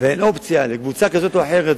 ואין אופציה לקבוצה כזאת או אחרת,